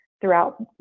throughout